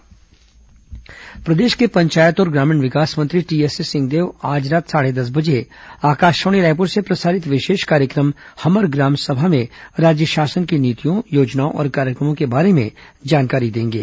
हमर ग्राम सभा प्रदेश के पंचायत और ग्रामीण विकास मंत्री टीएस सिंहदेव आज रात साढ़े सात बजे आकाशवाणी रायपुर से प्रसारित विशेष कार्यक्रम हमर ग्राम सभा में राज्य शासन की नीतियों योजनाओं और कार्यक्रमों के बारे में जानकारी देंगे